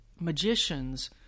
magicians